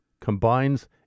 combines